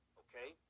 okay